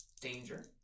danger